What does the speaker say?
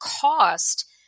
cost